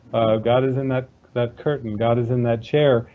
god is in that that curtain, god is in that chair.